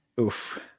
Oof